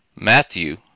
Matthew